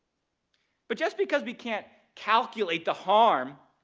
but just because we can't calculate the harm